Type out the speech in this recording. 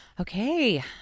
Okay